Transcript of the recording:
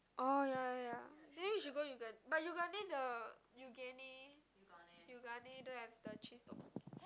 orh ya ya ya then you should go yoogan~ but yoogane the yoogane don't have the cheese tteokbokki